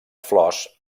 flors